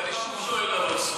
ואני שוב שואל על אוסלו.